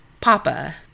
papa